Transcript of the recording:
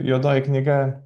juodoji knyga